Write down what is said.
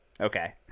okay